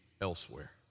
elsewhere